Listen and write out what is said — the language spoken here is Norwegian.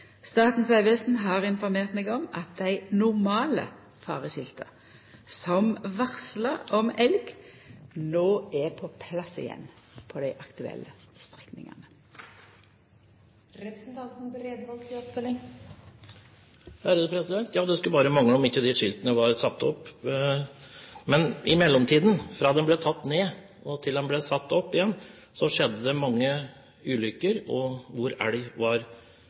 Statens vegvesen har informert meg om at dei normale fareskilta som varslar om elg, no er på plass igjen på dei aktuelle strekningane. Ja, det skulle bare mangle om ikke de skiltene var satt opp. Men i mellomtiden, fra de ble tatt ned og til de ble satt opp igjen, skjedde det mange ulykker hvor elg var